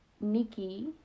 Nikki